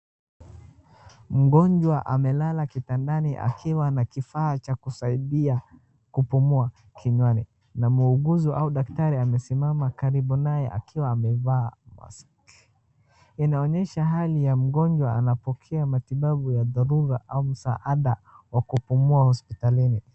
Mgonjwa amelala kitandani akiwa na kifaa cha kusaidia kupumua kinywani na muuguzi au daktari amesimama karibu naye akiwa amevaa mask . Inaonyesha hali ya mgonjwa anapokea matibabu ya dharura au msaada wa kupumua hospitalini.